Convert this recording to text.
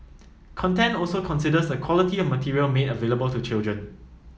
content also considers the quality of material made available to children